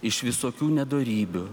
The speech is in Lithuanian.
iš visokių nedorybių